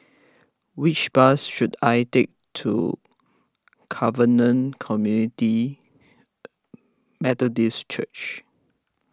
which bus should I take to Covenant Community Methodist Church